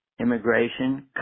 immigration